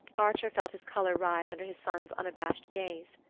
archer felt his colour rise under his son's unabashed gaze.